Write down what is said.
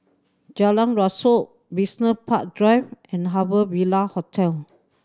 Jalan Rasok Business Park Drive and Harbour Ville Hotel